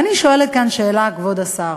אני שואלת כאן שאלה, כבוד השר: